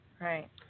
Right